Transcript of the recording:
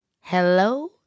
hello